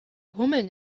hummeln